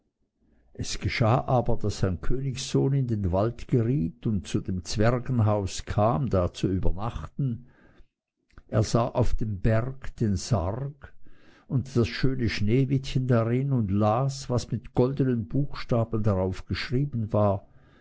es geschah aber daß ein königssohn in den wald geriet und zu dem zwergenhaus kam da zu übernachten er sah auf dem berg den sarg und das schöne sneewittchen darin und las was mit goldenen buchstaben darauf geschrieben war